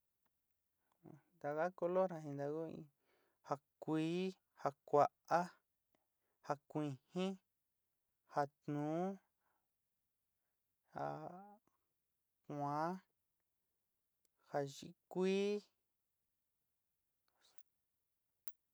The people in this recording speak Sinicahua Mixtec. Taka color ja jinda ku in ja kuí, ja kua'a, ja kuijín, ja tnuú, ja kuaán, ja yíkuí.